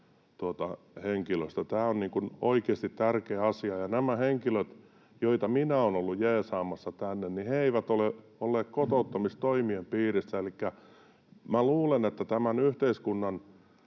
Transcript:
Tämä on oikeasti tärkeä asia, ja nämä henkilöt, joita minä olen ollut jeesaamassa tänne, eivät ole olleet kotouttamistoimien piirissä. Elikkä minä luulen, että tämän yhteiskunnan